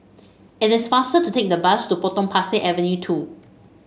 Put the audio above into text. it is faster to take the bus to Potong Pasir Avenue two